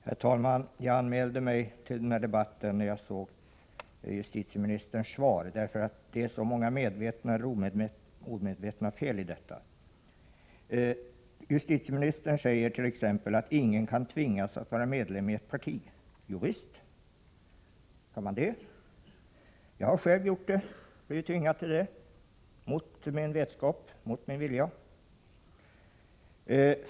Herr talman! Jag anmälde mig till den här debatten sedan jag läst justitieministerns svar och sett att det finns många omedvetna eller medvetna feli detta. Justitieministern säger t.ex. att ingen kan tvingas att vara medlem i ett parti. Jo, visst kan man tvingas! Jag har själv blivit tvingad till det mot min vetskap, mot min vilja.